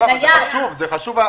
זה חשוב.